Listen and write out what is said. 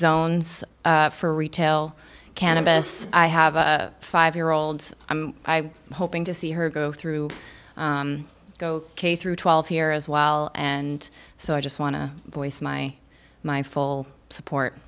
zones for retail cannabis i have a five year old i'm hoping to see her go through go k through twelve here as well and so i just want to voice my my full support